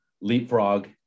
LeapFrog